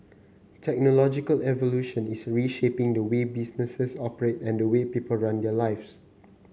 technological evolution is reshaping the way businesses operate and the way people run their lives